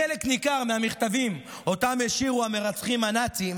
בחלק ניכר מהמכתבים שהשאירו המרצחים הנאצים